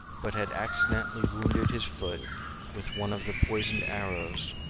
but had accidentally wounded his foot with one of the poisoned arrows,